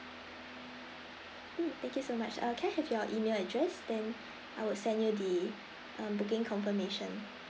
mm thank you so much uh can I have your email address then I would send you the um booking confirmation